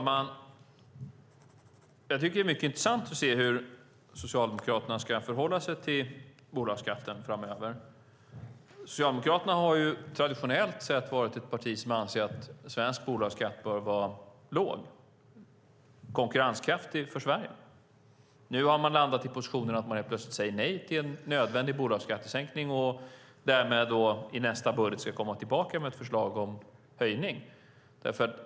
Fru talman! Det är mycket intressant att se hur Socialdemokraterna ska förhålla sig till bolagsskatten framöver. Socialdemokraterna har traditionellt sett varit ett parti som ansett att svensk bolagsskatt bör vara låg och konkurrenskraftig för Sverige. Nu har man landat i positionen att man helt plötsligt säger nej till en nödvändig bolagsskattesänkning och därmed i nästa budget ska komma tillbaka med ett förslag om höjning.